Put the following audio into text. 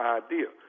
idea